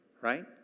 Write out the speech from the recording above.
Right